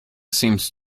seems